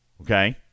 Okay